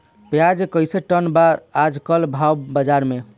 प्याज कइसे टन बा आज कल भाव बाज़ार मे?